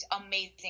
amazing